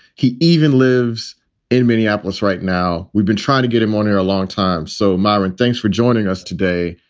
he even lives in minneapolis right now. we've been trying to get him on air a long time. so, myron, thanks for joining us today.